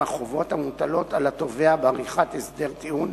החובות המוטלות על התובע בעריכת הסדר טיעון,